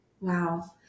Wow